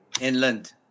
Inland